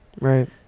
Right